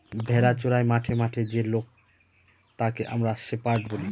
ভেড়া চোরাই মাঠে মাঠে যে লোক তাকে আমরা শেপার্ড বলি